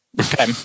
Okay